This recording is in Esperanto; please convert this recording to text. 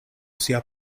sia